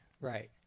right